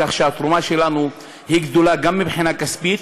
כך שהתרומה שלנו היא גדולה גם מבחינה כספית,